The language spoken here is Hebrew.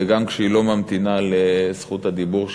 וגם כשהיא לא ממתינה לזכות הדיבור שלה.